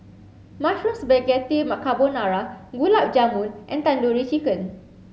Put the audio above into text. Mushroom Spaghetti Carbonara Gulab Jamun and Tandoori Chicken